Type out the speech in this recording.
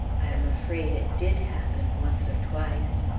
i am afraid it did happen, once or twice.